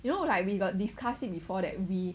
you know like we got discuss it before that we